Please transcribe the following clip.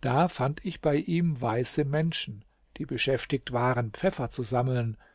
da fand ich bei ihm weiße menschen die beschäftigt waren pfeffer zu sammeln